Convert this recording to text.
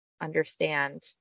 understand